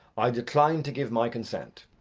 i decline to give my consent.